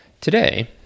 Today